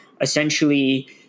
essentially